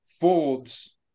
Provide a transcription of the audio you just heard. folds